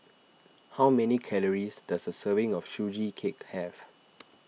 how many calories does a serving of Sugee Cake have